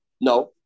No